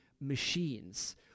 machines